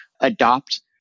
adopt